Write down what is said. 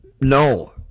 No